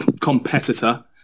competitor